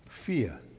fear